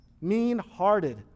mean-hearted